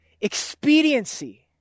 expediency